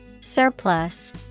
Surplus